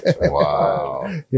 Wow